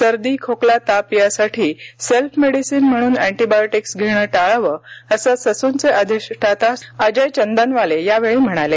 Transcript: संदी खोकला ताप यासाठी सेल्फ मेडीसिन म्हणून अँटिबायोटिक्स घेणं टाळावं असं ससूनचे अधिष्ठाता अजय चंदनवाले यावेळी म्हणाले